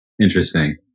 Interesting